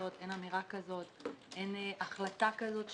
אין כוונה כזאת,